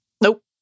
Nope